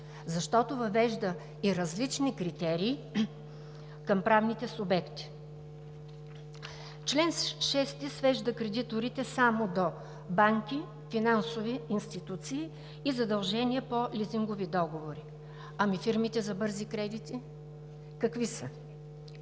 защото въвежда и различни критерии към правните субекти. Чл. 6 свежда кредиторите само до банки, финансови институции и задължения по лизингови договори. Ами фирмите за бързи кредити какви са?!